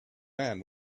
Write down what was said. man